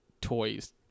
toys